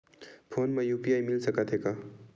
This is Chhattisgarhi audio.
फोन मा यू.पी.आई मिल सकत हे का?